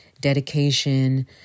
dedication